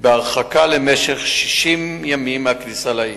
בהרחקה למשך 60 ימים מהכניסה לעיר.